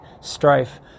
strife